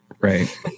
right